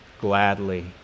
gladly